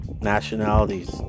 nationalities